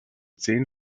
zehn